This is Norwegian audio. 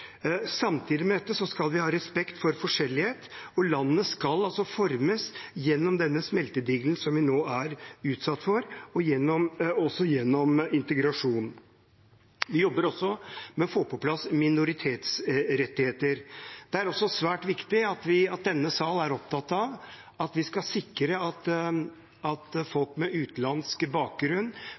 Samtidig med dette skal vi ha respekt for at man er forskjellige, og landet skal formes gjennom denne smeltedigelen som vi nå er utsatt for, også gjennom integrasjon. Vi jobber også med å få på plass minoritetsrettigheter. Det er også svært viktig at denne sal er opptatt av at vi skal sikre at folk med utenlandsk bakgrunn